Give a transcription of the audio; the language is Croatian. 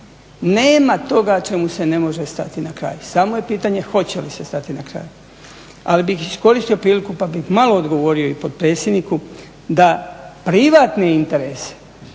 Nema toga čemu se ne može stati na kraj samo je pitanje hoće li se stati nakraj. Ali bih iskoristio priliku pa bih malo odgovorio i potpredsjedniku, da privatne interese